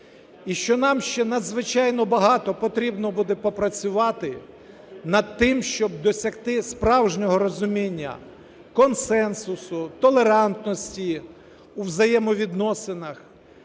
і що нам ще надзвичайно багато потрібно буде попрацювати над тим, щоб досягти справжнього розуміння консенсусу, толерантності у взаємовідносинах,